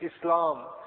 Islam